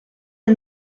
est